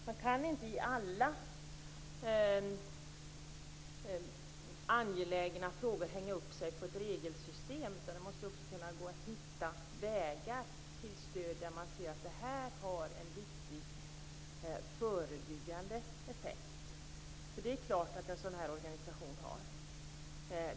Man kan inte i alla angelägna frågor hänga upp sig på ett regelsystem. Det måste också gå att hitta vägar till stöd när man ser att det här har en viktig förebyggande effekt - det är klart att en sådan här organisation har det.